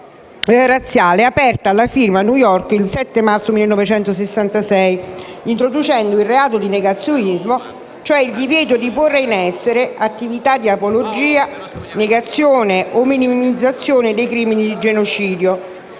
razziale, aperta alla firma a New York il 7 marzo 1966, introducendo il reato di negazionismo, cioè il divieto di porre in essere attività di apologia, negazione o minimizzazione dei crimini di genocidio,